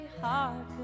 heart